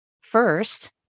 first